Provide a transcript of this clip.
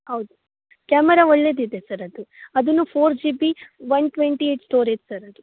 ಹೌದು ಕ್ಯಾಮರ ಒಳ್ಳೆದಿದೆ ಸರ್ ಅದು ಅದು four GB one twenty eight storage sir ಅದು